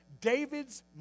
David's